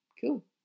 cool